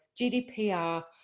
GDPR